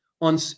on